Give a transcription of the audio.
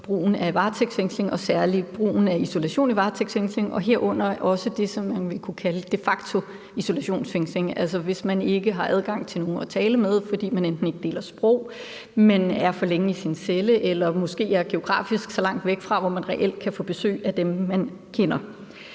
brugen af varetægtsfængsling og særlig brugen af isolation ved varetægtsfængsling, herunder også det, som man vil kunne kalde de facto isolationsfængsling. Altså, hvis man ikke har adgang til nogen at tale med, fordi man enten ikke deler sprog, man er for længe i sin celle, eller man måske er placeret så geografisk langt væk fra dem, man kender,